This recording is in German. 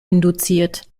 induziert